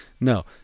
No